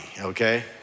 okay